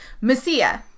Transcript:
Messiah